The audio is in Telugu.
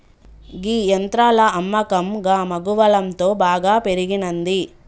గీ యంత్రాల అమ్మకం గమగువలంతో బాగా పెరిగినంది